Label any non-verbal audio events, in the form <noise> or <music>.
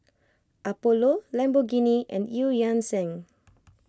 Apollo Lamborghini and Eu Yan Sang <noise>